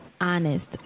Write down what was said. honest